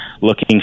looking